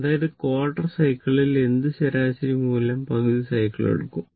അതായത് ക്വാർട്ടർ സൈക്കിളിൽ എന്തും ശരാശരി മൂല്യം പകുതി സൈക്കിൾ എടുക്കും